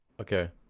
Okay